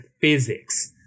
physics